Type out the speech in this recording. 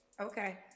Okay